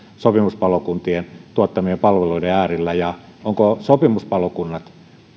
sopimuspalokuntien tuottamien palveluiden äärellä ja onko sopimuspalokunnat